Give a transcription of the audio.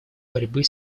борьбе